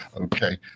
okay